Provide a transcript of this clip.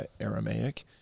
Aramaic